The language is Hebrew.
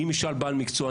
אם ישאל בעל מקצוע,